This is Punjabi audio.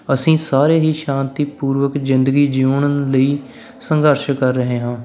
ਅਸੀਂ ਸਾਰੇ ਹੀ ਸ਼ਾਂਤੀਪੂਰਵਕ ਜ਼ਿੰਦਗੀ ਜਿਉਣ ਲਈ ਸੰਘਰਸ਼ ਕਰ ਰਹੇ ਹਾਂ